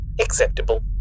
acceptable